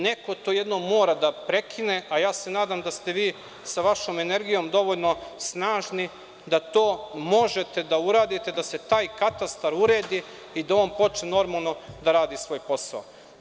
Neko to mora jednom da prekine, a ja se nadam da ste vi sa vašom energijom dovoljno snažni da to možete da uradite, da se taj katastar uredi i da on počne normalno da radi svoj posao.